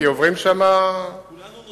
כי עוברים שם כולם.